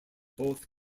both